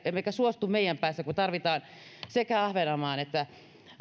emme suostu tähän meidän päässämme kun tarvitaan sekä ahvenanmaan että